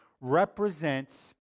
represents